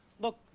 Look